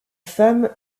femme